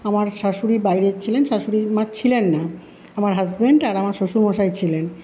আমার শাশুড়ি বাইরে ছিলেন শাশুড়ি মা ছিলেন না আমার হাসবেন্ড আর শ্বশুর মশাই ছিলেন